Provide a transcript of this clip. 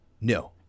No